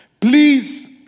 Please